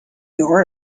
your